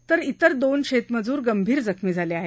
तर इतर दोन शेतमजूर गंभीर जखमी झाले आहेत